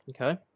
okay